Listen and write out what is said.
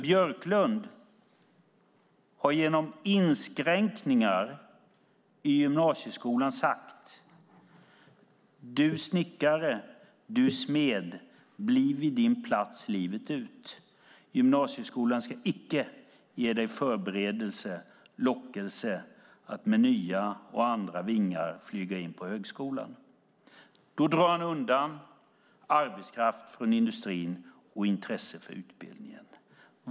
Björklund har nämligen genom inskränkningar i gymnasieskolan sagt: Du snickare, du smed - bliv vid din plats livet ut! Gymnasieskolan ska icke ge dig förberedelse eller lockelse att med nya och andra vingar flyga in på högskolan. Han drar då undan arbetskraft från industrin och intresset för utbildningen.